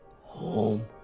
home